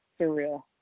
surreal